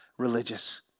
religious